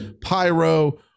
pyro